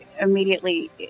immediately